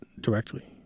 directly